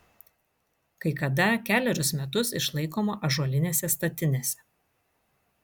kai kada kelerius metus išlaikoma ąžuolinėse statinėse